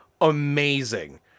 amazing